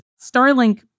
Starlink